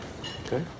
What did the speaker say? Okay